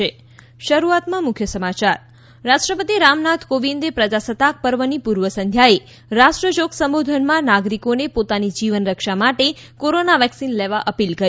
ઃ રાષ્ટ્રપતિ રામનાથ કોવિંદે પ્રજાસત્તાક પર્વની પૂર્વ સંધ્યાએ રાષ્ટ્રજોગ સંબોધનમાં નાગરિકોને પોતાની જીવન રક્ષા માટે કોરોના વેક્સિન લેવા અપીલ કરી